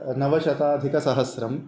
नवशताधिकसहस्रम्